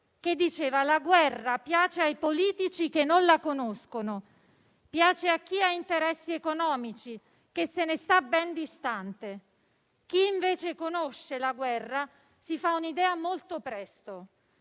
Strada: la guerra piace ai politici che non la conoscono, piace a chi ha interessi economici, che se ne sta ben distante. Chi invece conosce la guerra si fa un'idea molto presto,